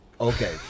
Okay